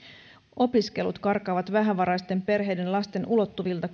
opiskelut karkaavat vähävaraisten perheiden lasten ulottuvilta